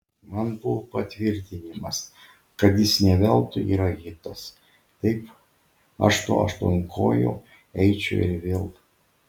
man buvo patvirtinimas kad jis ne veltui yra hitas taip aš to aštuonkojo eičiau ir vėl